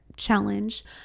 challenge